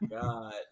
god